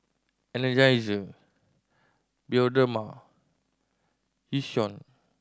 Energizer Bioderma Yishion